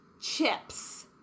chips